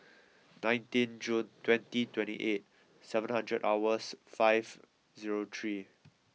nineteen June twenty twenty eight seven hundred hours five zero three